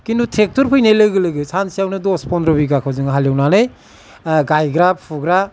किन्तु ट्रेक्टर फैनाय लोगो लोगो सानसेयावनो दस पन्द्र बिगाहखौ जों हालेवनानै गायग्रा फुग्रा